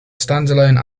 standalone